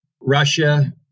Russia